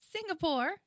singapore